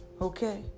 Okay